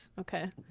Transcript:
Okay